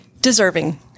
deserving